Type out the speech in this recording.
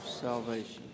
salvation